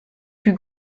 plus